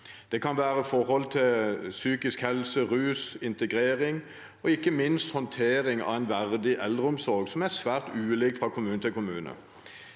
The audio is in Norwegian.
Det kan gjelde psykisk helse, rus, integrering og ikke minst håndtering av en verdig eldreomsorg, som er svært ulik fra kommune til kommune.